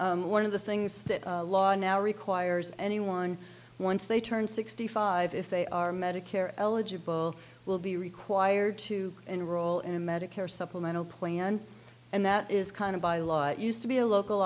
offered one of the things that law and now requires anyone once they turn sixty five if they are medicare eligible will be required to enroll in a medicare supplemental plan and that is kind of by law it used to be a local